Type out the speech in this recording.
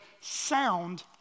sound